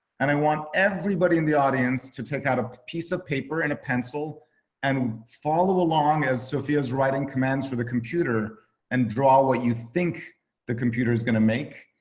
and i want everybody in the audience to take out a piece of paper and a pencil and follow along as sofia is writing commands for the computer and draw what you think the computer is gonna make,